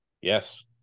yes